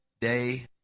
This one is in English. day